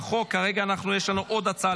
ההצעה